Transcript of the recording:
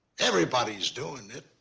everybody's doing it.